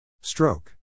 Stroke